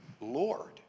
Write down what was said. Lord